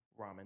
Ramen